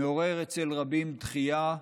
מעורר אצל רבים דחייה וצמרמורת.